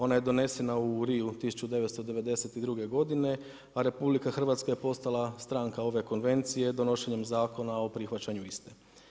Ona je donesena u Riu 1992. godine a RH je postala stranka ove konvencije donošenjem zakona o prihvaćanju iste.